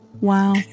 Wow